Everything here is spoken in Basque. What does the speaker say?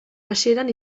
hasieran